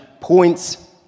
points